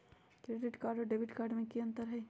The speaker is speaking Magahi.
क्रेडिट कार्ड और डेबिट कार्ड में की अंतर हई?